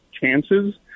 chances